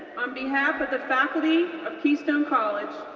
on behalf of the faculty of keystone college,